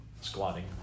squatting